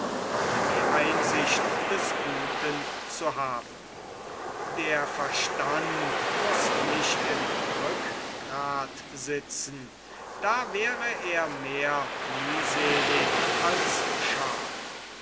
und die einsicht des guten zu haben der verstand muß nicht im rückgrat sitzen da wäre er mehr mühselig als scharf